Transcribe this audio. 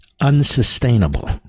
unsustainable